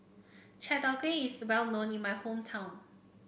Chai Tow Kway is well known in my hometown